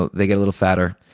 they get a little fatter,